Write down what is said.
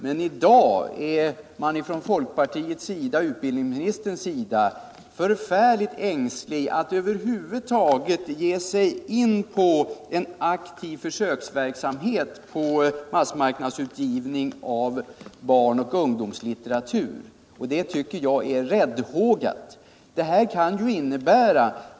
Men i dag är man från utbildningsministerns och folkpartiets sida förfärligt ängslig för att över huvud taget ge sig in på en aktiv försöksverksamhet i fråga om massmarknadsutgivning av barn och ungdomslitteratur. Jag tycker att detta är räddhågat.